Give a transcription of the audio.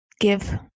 give